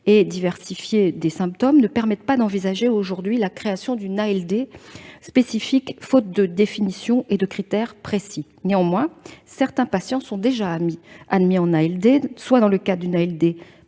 la diversité des symptômes ne permettent pas d'envisager la création d'une ALD spécifique, faute de définition et de critères précis. Néanmoins, certains patients sont déjà admis en ALD, soit dans le cadre d'une